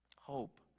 hope